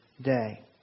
day